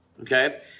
okay